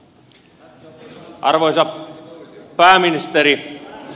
arvoisa pääministeri